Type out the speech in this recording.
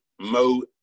Mo